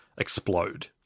explode